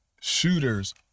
shooters